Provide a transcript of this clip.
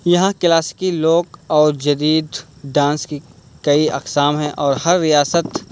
یہاں کلاسیکی لوک اور جدید ڈانس کی کئی اقسام ہیں اور ہر ریاست